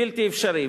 זה בלתי אפשרי.